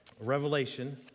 Revelation